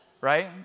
Right